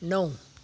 णव